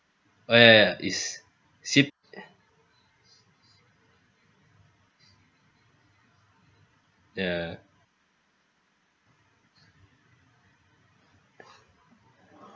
oh ya ya is C~ ya ya